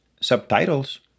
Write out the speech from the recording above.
subtitles